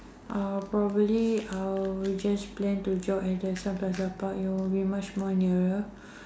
uh probably uh will just plan to jog at the sun plaza park it will be much more nearer